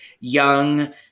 young